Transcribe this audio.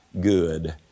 good